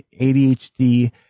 ADHD